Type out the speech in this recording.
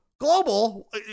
Global